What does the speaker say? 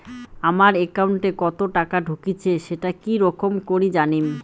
আমার একাউন্টে কতো টাকা ঢুকেছে সেটা কি রকম করি জানিম?